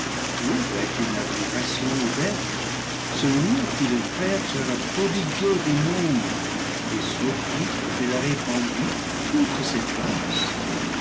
avec une admiration ouverte celui à qui le créateur a prodigué des mondes et sur qui il a répandu toutes ces grâces